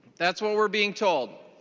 that's what we are being told.